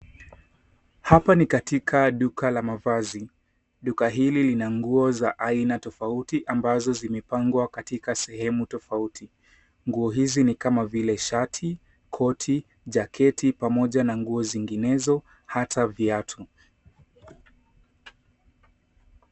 Hapa ni katika duka la mavazi. Duka hili lina nguo za aina tofauti ambazo zimepangwa katika sehemu tofauti. Nguo hizi ni kama vile shati, koti , jaketi pamoja na nguo zinginezo, hata viatu.